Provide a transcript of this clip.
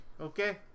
okay